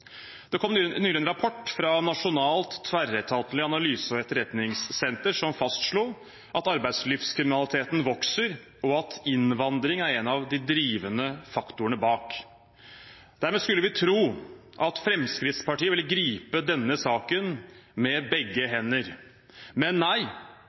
Det kom nylig en rapport fra Nasjonalt tverretatlig analyse- og etterretningssenter som fastslo at arbeidslivskriminaliteten vokser, og at innvandring er en av de drivende faktorene bak. Dermed skulle vi tro at Fremskrittspartiet ville gripe denne saken med begge hender. Men nei,